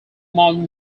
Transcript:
modern